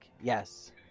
Yes